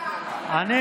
תן לו כבוד להיכנס לרהט.